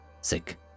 sick